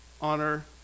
honor